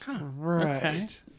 right